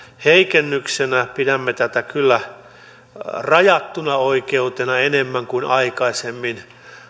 heikennyksenä pidämme tätä kyllä enemmän rajattuna oikeutena kuin aikaisemmin